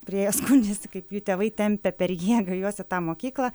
priėję skundžiasi kaip jų tėvai tempia per jėgą juos į tą mokyklą